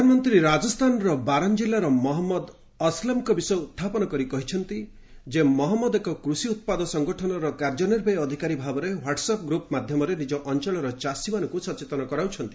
ପ୍ରଧାନମନ୍ତ୍ରୀ ରାଜସ୍ଥାନର ବାରନ୍ କିଲ୍ଲାର ମହମ୍ମଦ ଅସଲମ୍ଙ୍କ ବିଷୟ ଉତ୍ଥାପନ କରି କହିଛନ୍ତି ମହମ୍ମଦ ଏକ କୃଷି ଉତ୍ପାଦ ସଙ୍ଗଠନର କାର୍ଯ୍ୟନିର୍ବାହୀ ଅଧିକାରୀ ଭାବରେ ହ୍ୱାଟ୍ସ୍ଆପ୍ ଗ୍ରୁପ୍ ମାଧ୍ୟମରେ ନିଜ ଅଞ୍ଚଳର ଚାଷୀମାନଙ୍କୁ ସଚେତନ କରାଉଛନ୍ତି